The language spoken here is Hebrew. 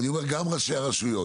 אבל אני אומר גם לראשי הרשויות,